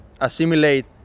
assimilate